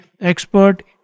expert